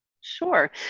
Sure